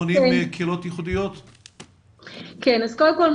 קודם כל,